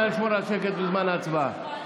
נא לשמור על השקט בזמן ההצבעה.